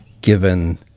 given